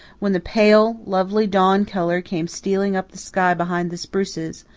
when the pale, lovely dawn-colour came stealing up the sky behind the spruces,